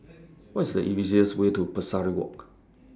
What IS The easiest Way to Pesari Walk